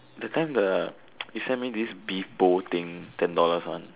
that time the you send me this big bowl thing ten dollars one